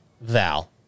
Val